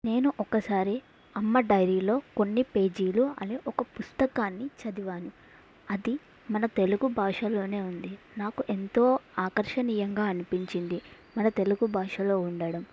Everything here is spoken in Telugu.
నేను ఒకసారి అమ్మ డైరీలో కొన్ని పేజీలు అనే ఒక పుస్తకాన్ని చదివాను అది మన తెలుగు భాషలోనే ఉంది నాకు ఎంతో ఆకర్షణీయంగా అనిపించింది మన తెలుగు భాషలో ఉండడం